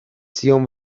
zion